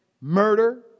murder